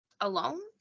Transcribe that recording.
alone